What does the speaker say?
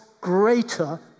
greater